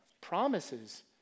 promises